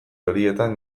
horietan